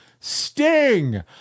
Sting